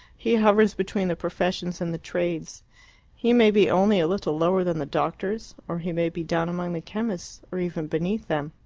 he hovers between the professions and the trades he may be only a little lower than the doctors, or he may be down among the chemists, or even beneath them.